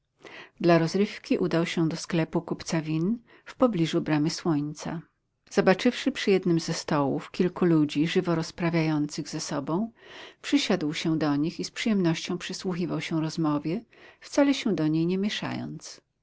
dla rozrywki udał się do sklepu kupca win w pobliżu bramy słońca zobaczywszy przy jednym ze stołów kilku ludzi żywo rozprawiających ze sobą przysiadł się do nich i z przyjemnością przysłuchiwał się rozmowie wcale się do niej nie mieszając